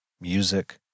music